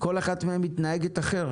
כל אחת מהן מתנהגת אחרת.